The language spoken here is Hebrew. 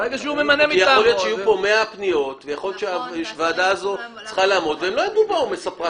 יכול להיות שיהיו 100 פניות כך שהוא לא יוכל לעמוד בעומס.